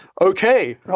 okay